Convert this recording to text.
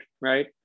right